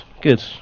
good